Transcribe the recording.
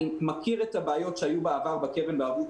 אני מכיר את הבעיות שהיו בעבר בקרן בערבות